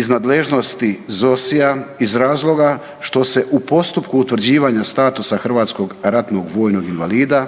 iz nadležnosti ZOSI-ja iz razloga što se u postupku utvrđivanja statusa hrvatskog ratnog vojnog invalida